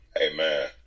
Amen